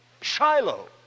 Shiloh